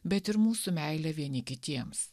bet ir mūsų meilę vieni kitiems